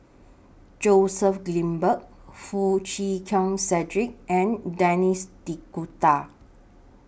Joseph Grimberg Foo Chee Keng Cedric and Denis D'Cotta